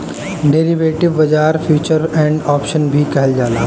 derivative बाजार futures and option भी कहल जाला